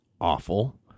awful